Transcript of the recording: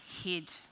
hid